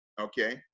Okay